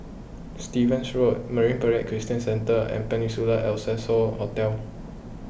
Stevens Road Marine Parade Christian Centre and Peninsula Excelsior Hotel